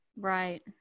right